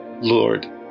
Lord